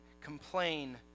complain